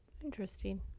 Interesting